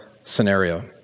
scenario